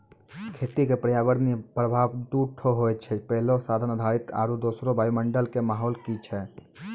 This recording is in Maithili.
खेती क पर्यावरणीय प्रभाव दू ठो होय छै, पहलो साधन आधारित आरु दोसरो वायुमंडल कॅ माहौल की छै